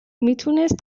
میتونست